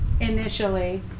initially